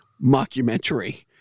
mockumentary